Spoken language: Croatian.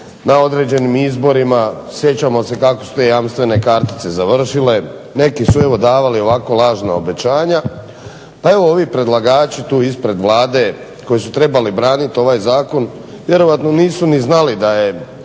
na određenim izborima, sjećamo se kako su te jamstvene kartice završile, neke su evo davale ovako lažno obećanja. Pa evo ovi predlagači tu ispred Vlade koji su trebali branit ovaj zakon vjerojatno nisu ni znali da je